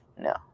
No